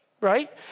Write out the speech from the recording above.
right